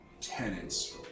Tenants